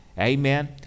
Amen